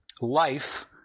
life